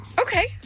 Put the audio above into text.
Okay